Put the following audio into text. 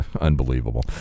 unbelievable